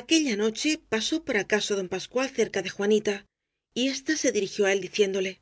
aquella noche pasó por acaso don pascual cerca de juanita y ésta se dirigió á él diciéndole